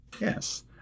Yes